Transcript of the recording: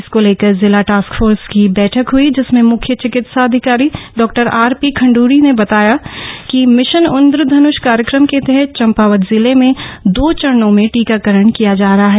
इसको लेकर जिला टास्क फोर्स की बैठक हई जिसमें मुख्य चिकित्साधिकारी डॉ आर पी खण्ड्री ने बताया कि मिशन इंद्रधन्ष कार्यक्रम के तहत चम्पावत जिले में दो चरणों मे टीकाकरण किया जा रहा है